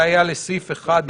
זה היה לסעיף 1,